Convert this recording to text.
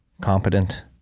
competent